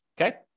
Okay